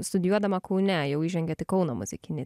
studijuodama kaune jau įžengėt į kauno muzikinį